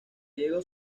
diego